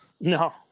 No